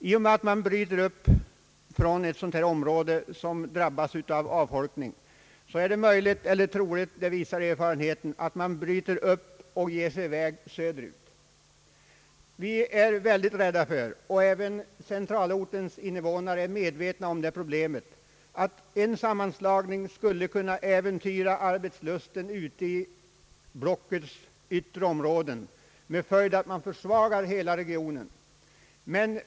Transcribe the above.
I och med att man bryter upp från ett område som drabbas av avfolkning är det möjligt eller troligt — det visar erfarenheten — att man bryter upp och ger sig i väg söderut. Vi är mycket rädda för — och även centralortens invånare är medvetna om detta problem — att en sammanslagning skulle äventyra arbetslusten ute i blockets yttre områden med påföljd att man försvagar hela regionen.